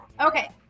okay